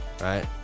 right